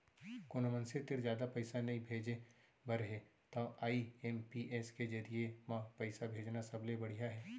कोनो मनसे तीर जादा पइसा नइ भेजे बर हे तव आई.एम.पी.एस के जरिये म पइसा भेजना सबले बड़िहा हे